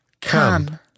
Come